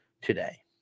today